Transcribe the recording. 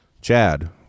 Chad